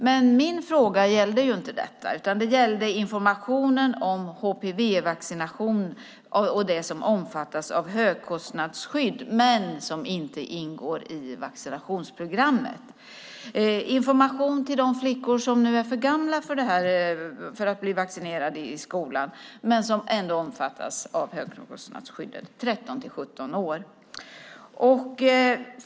Men min fråga gällde inte detta, utan den gällde informationen om HPV-vaccination och de som omfattas av högkostnadsskydd men som inte ingår i vaccinationsprogrammet. Det gäller alltså information till de flickor som är 13-17 år och som nu är för gamla för att bli vaccinerade i skolan men som ändå omfattas av högkostnadsskyddet.